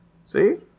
See